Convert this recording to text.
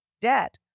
debt